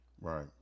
right